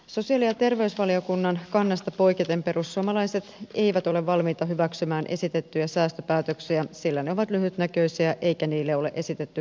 sosiaali ja terveysvaliokunnan kannasta poiketen perussuomalaiset eivät ole valmiita hyväksymään esitettyjä säästöpäätöksiä sillä ne ovat lyhytnäköisiä eikä niille ole esitetty kestäviä perusteita